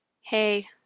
hey